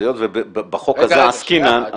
היות שבחוק הזה עסקינן,